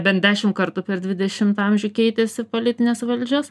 bent dešimt kartų per dvidešimtą amžių keitėsi politinės valdžios